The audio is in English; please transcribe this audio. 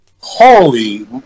Holy